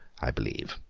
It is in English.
i believe.